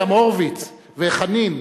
גם הורוביץ וחנין,